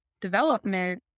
development